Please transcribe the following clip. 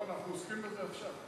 לא, אנחנו עוסקים בזה עכשיו.